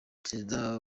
perezida